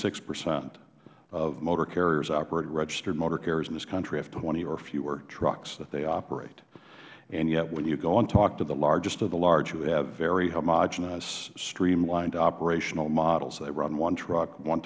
six percent of motor carriers operate registered motor carriers have twenty or fewer trucks that they operate and yet when you go and talk to the largest of the large who have very homogenous streamlined operational models they run one truck one